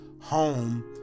home